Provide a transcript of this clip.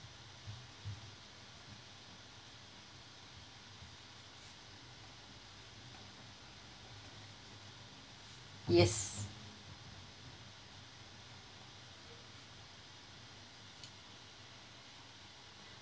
yes